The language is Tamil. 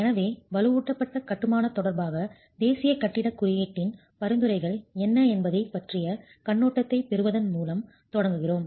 எனவே வலுவூட்டப்பட்ட கட்டுமான தொடர்பாக தேசிய கட்டிடக் குறியீட்டின் பரிந்துரைகள் என்ன என்பதைப் பற்றிய கண்ணோட்டத்தைப் பெறுவதன் மூலம் தொடங்குகிறோம்